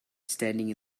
standing